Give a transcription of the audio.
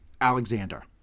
Alexander